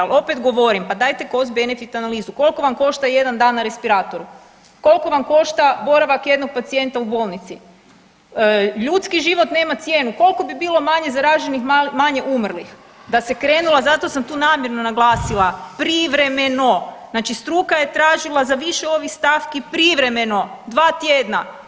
Al opet govorim, pa dajte cost benefit analizu, koliko vam košta jedan dan na respiratoru, koliko vam košta boravak jednog pacijenta u bolnici, ljudski život nema cijenu, koliko bi bilo manje zaraženih i manje umrlih da se krenula, zato sam tu namjerno naglasila privremeno, znači struka je tražila za više ovih stavki privremeno dva tjedna.